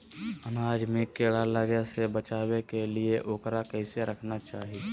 अनाज में कीड़ा लगे से बचावे के लिए, उकरा कैसे रखना चाही?